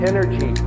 energy